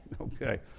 Okay